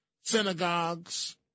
synagogues